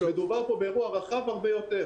מדובר פה באירוע הרבה יותר רחב,